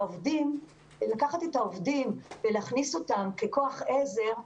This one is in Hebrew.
לקחת את העובדים ולהכניס אותם ככוח עזר,